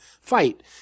fight